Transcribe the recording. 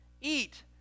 eat